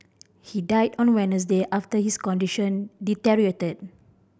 he died on a Wednesday after his condition deteriorated